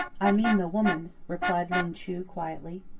i mean the woman, replied ling chu quietly.